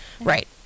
Right